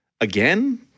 again